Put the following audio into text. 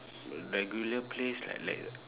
regular place like